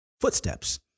footsteps